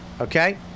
Okay